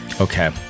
Okay